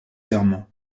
serment